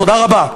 תודה רבה.